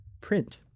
print